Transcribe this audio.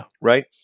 Right